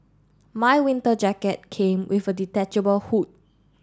my winter jacket came with a detachable hood